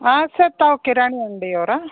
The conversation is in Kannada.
ಹಾಂ ಸರ್ ತಾವು ಕಿರಾಣಿ ಅಂಗ್ಡಿಯವರಾ